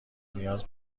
نیاز